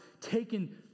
taken